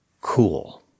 cool